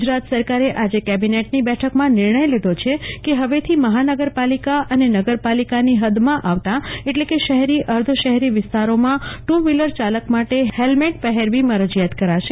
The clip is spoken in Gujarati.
ગુજરાત સરકારે આજે કેબિનેટની બેઠકમાં નિર્ણય લીધો છે કે હવેથી મહાનગરપાલિકા અને નગરપાલિકાની હદમાં આવતા એટલે કે શહેરી અર્ધશહેરી વિસ્તારોમાં ટુ વ્હીલરચાલક માટે હેલ્મેટ પહેરવું મરજિયાત કરાશે